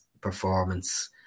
performance